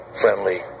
friendly